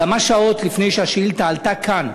כמה שעות לפני שהשאילתה עלתה כאן,